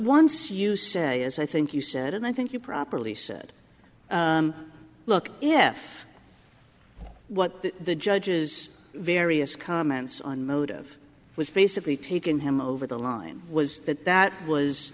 once you say as i think you said and i think you properly said look if what the judge is various comments on motive was basically taken him over the line was that that was